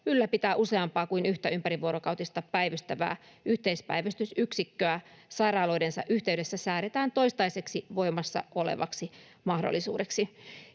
ylläpitää useampaa kuin yhtä ympärivuorokautista päivystävää yhteispäivystysyksikköä sairaaloidensa yhteydessä säädetään toistaiseksi voimassa olevaksi mahdollisuudeksi